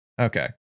okay